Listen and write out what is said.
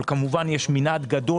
אבל כמובן יש מנעד גדול.